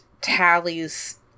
Tally's